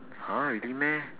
!huh! really meh